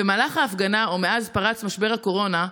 במהלך ההפגנה, או מאז פרץ משבר הקורונה,